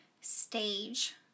stage